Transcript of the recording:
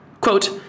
Quote